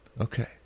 Okay